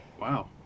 Wow